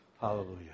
Hallelujah